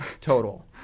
total